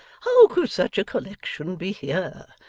how could such a collection be here,